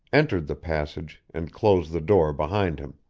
entered the passage, and closed the door behind him.